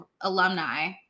alumni